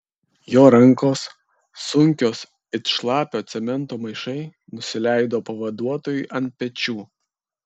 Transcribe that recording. jo rankos sunkios it šlapio cemento maišai nusileido pavaduotojui ant pečių